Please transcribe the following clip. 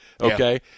Okay